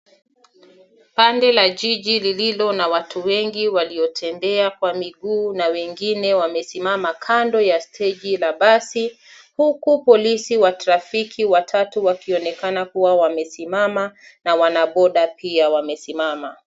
Pande la jiji lililo na watu wengi waliotembea kwa miguu na wengine wamesimama kando ya stegi ya basi huku polisi wa trafiki watatu wakionekana kuwa wamesimama na wanaboda pia wamesimama.